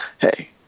hey